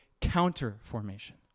counter-formation